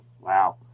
Wow